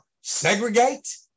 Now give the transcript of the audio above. segregate